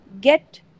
get